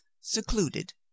secluded